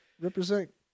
represent